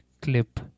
clip